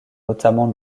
notamment